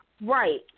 Right